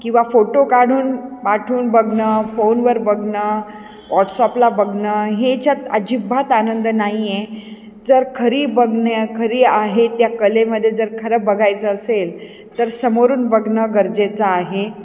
किंवा फोटो काढून पाठून बघणं फोनवर बघणं व्हॉट्सअपला बघणं ह्याच्यात अजिबात आनंद नाही आहे जर खरी बघणं खरी आहेत त्या कलेमध्ये जर खरं बघायचं असेल तर समोरून बघणं गरजेचं आहे